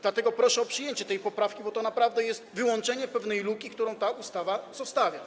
Dlatego proszę o przyjęcie tej poprawki, bo to naprawdę jest wyłączenie pewnej luki, którą ta ustawa zostawia.